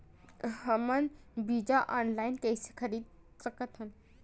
हमन बीजा ऑनलाइन कइसे खरीद सकथन?